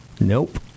Nope